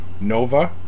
Nova